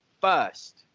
First